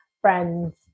friends